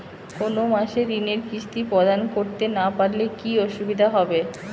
কোনো মাসে ঋণের কিস্তি প্রদান করতে না পারলে কি অসুবিধা হবে?